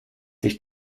sich